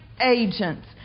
agents